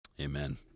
Amen